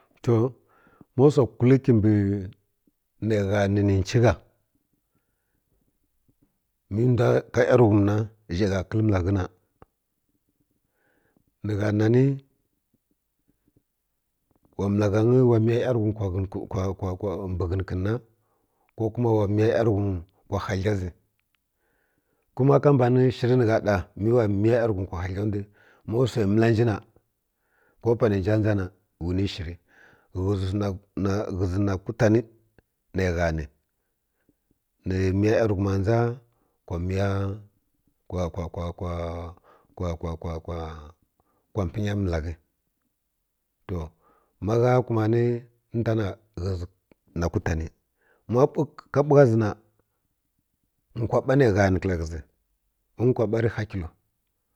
To mow wsa kul kibi nə gha ni nə chi gha mə ndw ka yanighum na zhə kəl məlghə na nə gha, na ni wa məlugha nyi wa miya yalghum vwa ghə kwa kwa kwa mbi ghən kən na ko kuma wa miya yanghum kwa hadli zi kuma ka mbun shir nə gha ɗa mə wa miya yanghum kwa hadli ndw mow wsai məl nji na ko panə nja dʒa na wani shirə ghə ghə na kwitani nə gha ni nə miya yanighuma dʒa kwa miya kwa kwa kwa kwa kwa kwa pənya məlaghə to ma ghɛ kumani nə ntan na ghə na kwtana ma ka bukə zi na nkwaba nə gha ni kəl ghə wu nkwaba rə hakilo